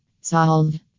Solved